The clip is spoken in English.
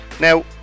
Now